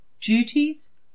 duties